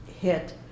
hit